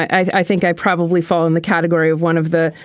i think i probably fall in the category of one of the.